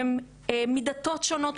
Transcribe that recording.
הן מדתות שונות,